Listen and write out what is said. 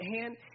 hand